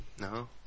No